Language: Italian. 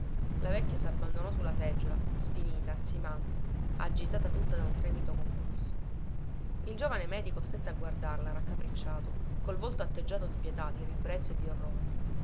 la vecchia sabbandonò su la seggiola sfinita ansimante agitata tutta da un tremito convulso il giovane medico stette a guardarla raccapricciato col volto atteggiato di pietà di ribrezzo e di orrore